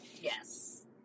Yes